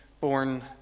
born